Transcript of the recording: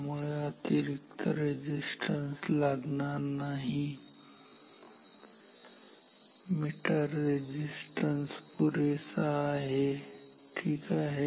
त्यामुळे अतिरीक्त रेझिस्टन्स लागणार नाही मीटर रेझिस्टन्स पुरेसा आहे ठीक आहे